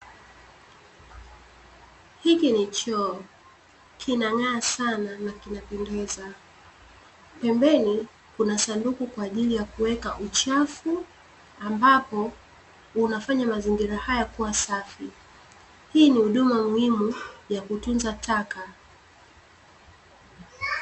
Hiki ni choo kinang'aa sana na kinapendeza, pembeni kuna sanduku kwa ajili ya kuweka uchafu ambapo unafanya mazingira haya kuwa safi, hii ni huduma muhimu ya kutunza taka.